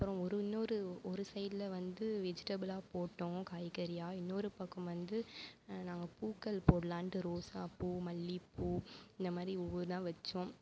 அப்புறம் ஒரு இன்னொரு ஒரு சைடில் வந்து வெஜிடபுலாக போட்டோம் காய்கறியாக இன்னொரு பக்கம் வந்து நாங்கள் பூக்கள் போடலான்டு ரோசாப்பூ மல்லிபூ இந்த மாதிரி ஒவ்வொன்னாக வச்சோம்